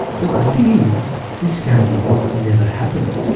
but the thing is, this game never happened.